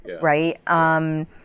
Right